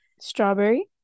Strawberry